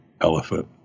elephant